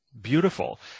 beautiful